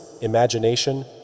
imagination